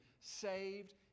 saved